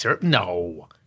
No